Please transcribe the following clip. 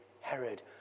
Herod